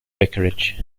vicarage